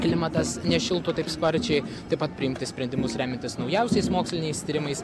klimatas nešiltų taip sparčiai taip pat priimti sprendimus remiantis naujausiais moksliniais tyrimais